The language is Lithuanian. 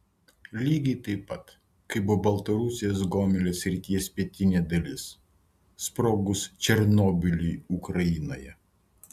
lygiai taip pat kaip baltarusijos gomelio srities pietinė dalis sprogus černobyliui ukrainoje